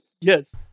Yes